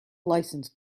license